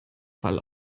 fall